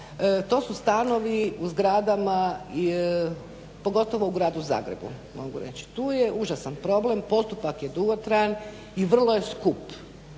to su stanovi u zgradama pogotovo u gradu Zagrebu mogu reći. Tu je užasan problem, postupak je dugotrajan i vrlo je skup,